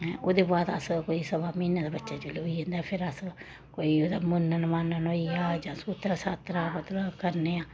ऐं ओह्दे बाद अस कोई सवा म्हीने दे बच्चा जेल्लै होई जंदा फिर अस कोई ओह्दा मुन्नन मन्नन होई गेआ जां सूत्तरा सात्तरा मतलब करने आं